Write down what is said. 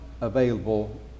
available